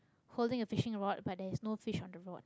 holding a fishing rod but there is no fish on the rod